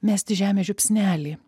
mesti žemės žiupsnelį